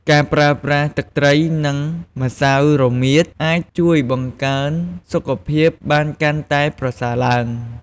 ការប្រើប្រាស់ទឹកត្រី និងម្សៅរមៀតអាចជួយបង្កើនសុខភាពបានកាន់តែប្រសើរឡើង។